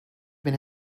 been